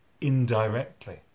indirectly